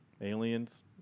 aliens